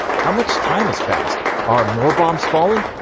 how much time has passed? are more bombs falling?